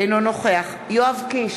אינו נוכח יואב קיש,